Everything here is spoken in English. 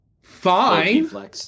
fine